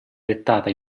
dettata